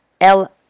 El